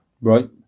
Right